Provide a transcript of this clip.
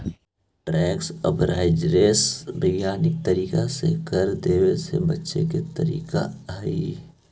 tax avoidance वैधानिक तरीका से कर देवे से बचे के तरीका हई